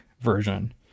version